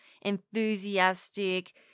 enthusiastic